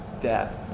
death